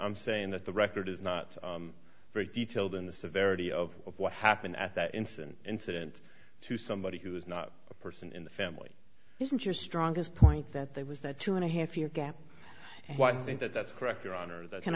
i'm saying that the record is not very detailed in the severity of what happened at that instant incident to somebody who is not a person in the family isn't your strongest point that there was that two and a half year gap why i think that that's correct your honor that can